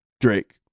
Drake